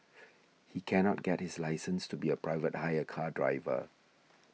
he cannot get his license to be a private hire car driver